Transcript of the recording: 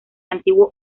antiguo